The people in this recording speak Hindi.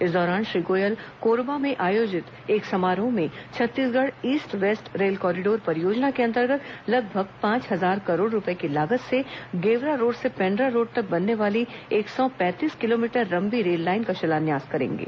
इस दौरान श्री गोयल कोरबा में आयोजित एक समारोह में Chhattisgarh east west rail corridor परियोजना के अंतर्गत लगभग पांच हजार करोड़ रूपये की लागत से गेवरा रोड से पेंड्रारोड तक बनने वाली एक सौ पैंतीस किलोमीटर लंबी रेललाइन का शिलान्यास करेंगे